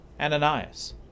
Ananias